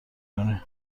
کنی